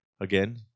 again